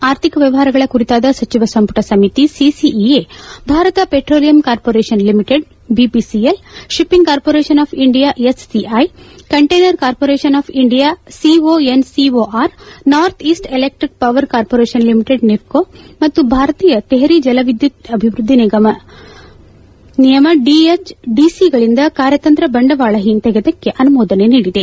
ಆರ್ಥಿಕ ವ್ಯವಹಾರಗಳ ಕುರಿತಾದ ಸಚಿವ ಸಂಪುಟ ಸಮಿತಿ CCEA Bharat petroleum corporation limited BPCL shipping corporation of India SCI container corporation of India C O N C O R north east electric power corporation limited ನೀಷ್ಕೋ ಮತ್ತು ಭಾರತೀಯ ತೇಟ್ರಿ ಜಲವಿದ್ದುತ್ ಅಭಿವೃದ್ದಿ ನಿಗಮ ನಿಯಮ ಡಿಎಚ್ಡಿಸಿಗಳಿಂದ ಕಾರ್ಚತಂತ್ರ ಬಂಡವಾಳ ಹಿಂತೆಗತಕ್ಕೆ ಅನುಮೋದನೆ ನೀಡಿದೆ